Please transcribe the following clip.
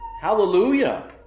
Hallelujah